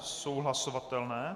Jsou hlasovatelné?